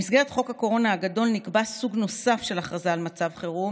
במסגרת חוק הקורונה הגדול נקבע סוג נוסף של הכרזה על מצב חירום,